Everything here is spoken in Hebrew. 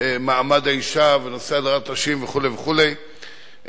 מעמד האשה ונושא הדרת נשים וכו' וכו',